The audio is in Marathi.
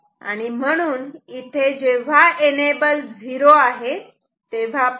आणि म्हणून इथे जेव्हा एनेबल 0 आहे तेव्हा पहा